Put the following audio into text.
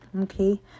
okay